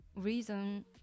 reason